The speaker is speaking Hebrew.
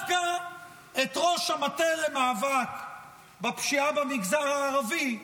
אז דווקא את ראש המטה למאבק בפשיעה במגזר הערבי,